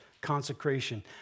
consecration